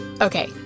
Okay